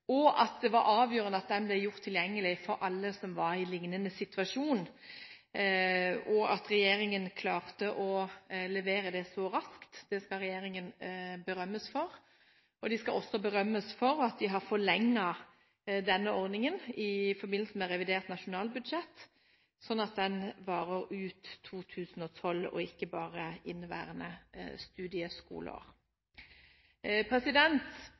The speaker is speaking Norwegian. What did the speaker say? sykmelding, og det var avgjørende at det ble gjort tilgjengelig for alle som var i en liknende situasjon. At regjeringen klarte å levere det så raskt, skal regjeringen berømmes for. De skal også berømmes for at de har forlenget denne ordningen i forbindelse med revidert nasjonalbudsjett, sånn at den varer ut 2012 og ikke bare i inneværende